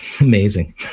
Amazing